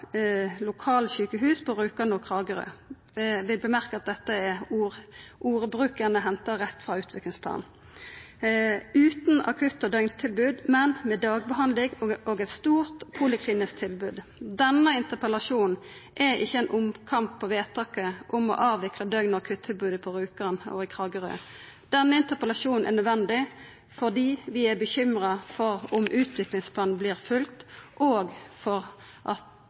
lokalsjukehus på Rjukan og i Kragerø – eg vil nemna at ordbruken er henta frå utviklingsplanen – utan akutt- og døgntilbod, men med dagbehandling og eit stort poliklinisk tilbod. Denne interpellasjonen er ikkje ein omkamp om vedtaket om å avvikla døgn- og akuttilbodet på Rjukan og i Kragerø. Denne interpellasjonen er nødvendig fordi vi er bekymra for om utviklingsplanen vert følgd, og